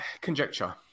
conjecture